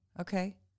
Okay